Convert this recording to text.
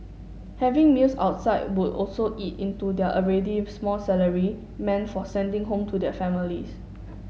having meals outside would also eat into their already small salary meant for sending home to their families